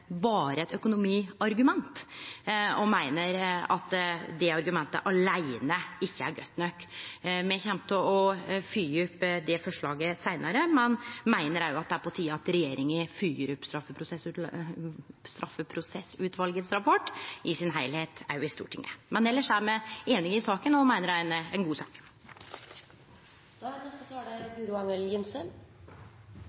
eit økonomiargument. Me meiner at det argumentet aleine ikkje er godt nok. Me kjem til å følgje opp det forslaget seinare, men meiner òg at det er på tide at regjeringa følgjer opp rapporten frå straffeprosessutvalet òg i Stortinget. Elles er me einige i saka og meiner det er ei god